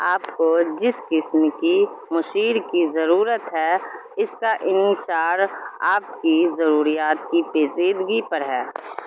آپ کو جس قسم کی مشیر کی ضرورت ہے اس کا انشار آپ کی ضروریات کی پیچیدگی پر ہے